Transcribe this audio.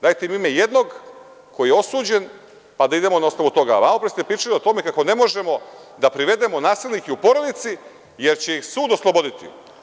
Dajte mi ime jednog koji je osuđen, pa da idemo na osnovu toga, a malopre ste pričali o tome kako ne možemo da privedemo nasilnike u porodici, jer će ih sud osloboditi.